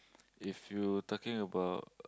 if you talking about